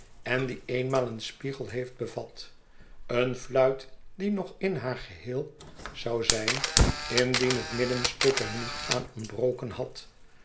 en die eenmaal een spiegel heeft bevat een fluit die nog in haar geheel zou zijn indien het middelstuk er niet aan ontbroken had